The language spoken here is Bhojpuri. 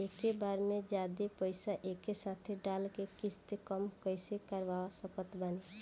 एके बार मे जादे पईसा एके साथे डाल के किश्त कम कैसे करवा सकत बानी?